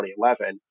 2011